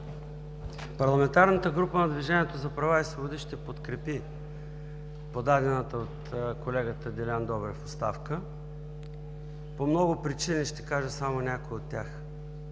Парламентарната група на „Движението за права и свободи“ ще подкрепи подадената от колегата Делян Добрев оставка по много причини. Ще кажа само някои от тях.